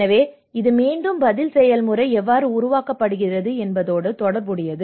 எனவே இது மீண்டும் பதில் செயல்முறை எவ்வாறு உருவாக்கப்படுகிறது என்பதோடு தொடர்புடையது